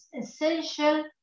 essential